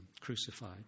crucified